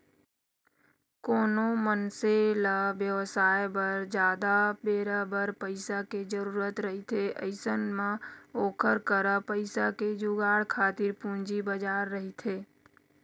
कोनो मनसे ल बेवसाय बर जादा बेरा बर पइसा के जरुरत रहिथे अइसन म ओखर करा पइसा के जुगाड़ खातिर पूंजी बजार रहिथे